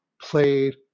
played